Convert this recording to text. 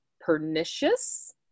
pernicious